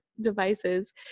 devices